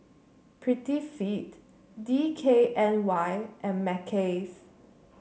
Prettyfit D K N Y and Mackays